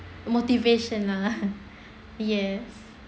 motivation lah yes